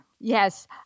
Yes